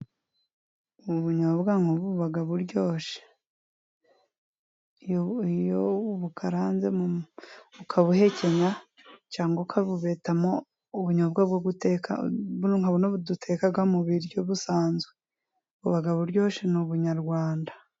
Ubunyobwa nk’ubu buba buryoshye. Iyo ubukaranze ukabuhekenya，cyangwa ukabubetamo ubunyobwa bwo guteka，nka buno duteka mu biryo bisanzwe，buba buryoshye ni ubunyarwanda.